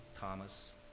Thomas